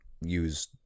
use